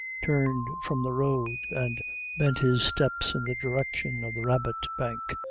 turned from the road, and bent his steps in the direction of the rabbit bank,